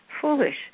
foolish